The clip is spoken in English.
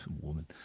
woman